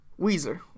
weezer